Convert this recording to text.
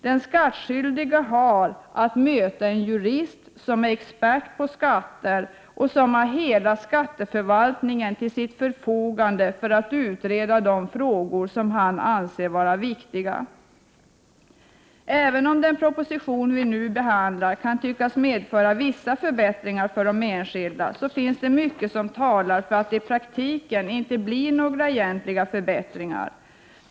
Den skattskyldige har att möta en jurist som är expert på skattefrågor och som har hela skatteförvaltningen till sitt förfogande för att utreda de frågor som han anser vara viktiga. Även om den proposition som vi nu behandlar kan tyckas medföra vissa förbättringar för den enskilde, finns det mycket som talar för att det inte i praktiken blir några egentliga förbättringar.